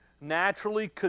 naturally